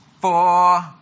four